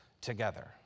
together